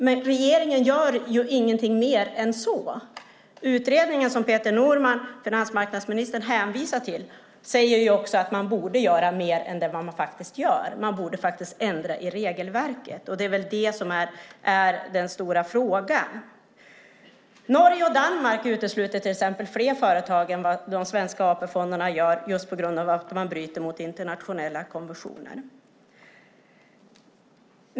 Men regeringen gör ju inget mer än så. Den utredning som finansmarknadsministern hänvisar till säger att man borde göra mer än det man faktiskt gör, att man borde ändra i regelverket. Det är väl den stora frågan. Norge och Danmark utesluter till exempel fler företag än de svenska AP-fonderna gör, just på grund av att de bryter mot internationella konventioner.